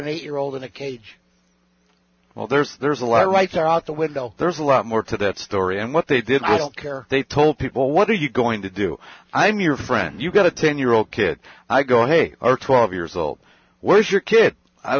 an eight year old in a cage well there's there's a lot of rights out the window there's a lot more to that story and what they did i don't care they told people what are you going to do i'm your friend you've got a ten year old kid i go hey are twelve years old where's your kid